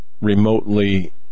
remotely